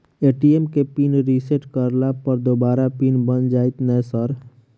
ATM केँ pin reset करला पर दोबारा पिन बन जाइत नै सर?